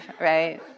right